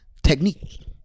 Technique